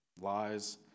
lies